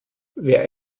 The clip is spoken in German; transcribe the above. wer